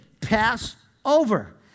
Passover